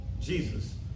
Jesus